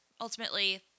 Ultimately